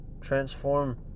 Transform